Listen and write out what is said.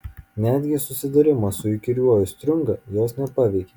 netgi susidūrimas su įkyriuoju striunga jos nepaveikė